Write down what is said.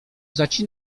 zaci